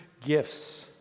gifts